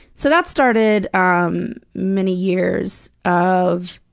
so that started ah um many years of